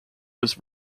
was